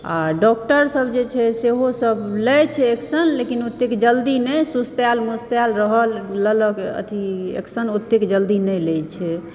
doctor सब जे छे सेहोसभ लय छै एक्शन लेकिन ओतेक जल्दी नहि सुस्ताएल मुस्ताएल रहल लैलक अथि एक्शन ओतेक जल्दी नहि लै छै